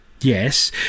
Yes